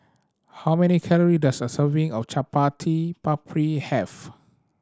how many calorie does a serving of Chaat Papri have